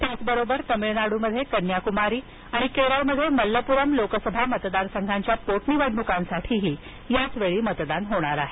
त्याचबरोबर तामिळनाडूमध्ये कन्याकुमारी आणि केरळमध्ये मल्लपुरम लोकसभा मतदारसंघांच्या पोटनिवडणुकांसाठीही मतदान होणार आहे